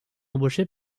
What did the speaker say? embaucher